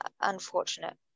unfortunate